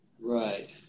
Right